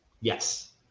Yes